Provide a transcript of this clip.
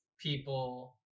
people